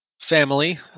family